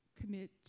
commit